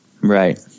Right